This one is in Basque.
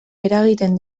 eragiten